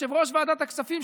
יושב-ראש ועדת הכספים,